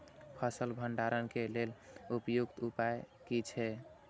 फसल भंडारण के लेल उपयुक्त उपाय कि छै?